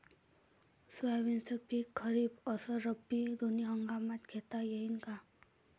सोयाबीनचं पिक खरीप अस रब्बी दोनी हंगामात घेता येईन का?